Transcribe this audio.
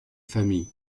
famille